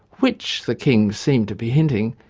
which, the king seemed to be hinting,